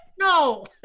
No